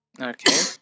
Okay